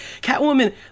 Catwoman